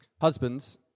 Husbands